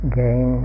gain